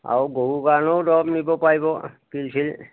আৰু গৰু কাৰণেও দৰব নিব পাৰিব পিল ছিল